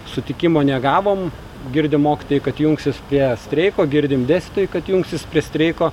sutikimo negavom girdim mokytojai kad jungsis prie streiko girdim dėstytojai kad jungsis prie streiko